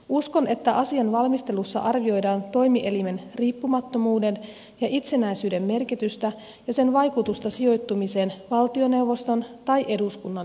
uskon että asian valmistelussa arvioidaan toimielimen riippumattomuuden ja itsenäisyyden merkitystä ja sen vaikutusta sijoittumiseen valtioneuvoston tai eduskunnan yhteyteen